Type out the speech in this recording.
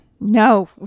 no